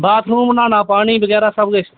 bathroom बगैरा पानी सबकिश